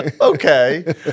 Okay